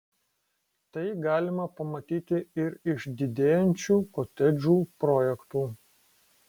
tai galima pamatyti ir iš didėjančių kotedžų projektų